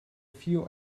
few